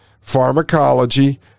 pharmacology